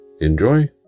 Enjoy